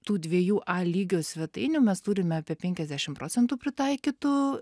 tų dviejų a lygio svetainių mes turime apie penkiasdešim procentų pritaikytų